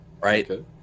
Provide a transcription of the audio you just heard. right